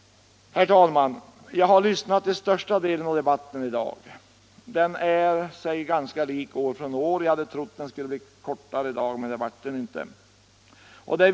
Herr talman! Jag har lyssnat till största delen av debatten i dag. Den är sig ganska lik från år till år. Jag hade trott att den i dag skulle bli kortare, men så har det inte blivit.